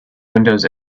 windows